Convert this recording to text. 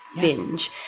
binge